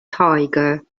tiger